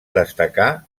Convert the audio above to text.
destacar